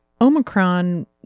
Omicron